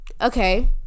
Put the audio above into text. okay